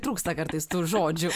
trūksta kartais tų žodžių